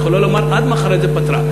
את יכולה לומר עד מחר "איזה פתרה".